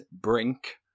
Brink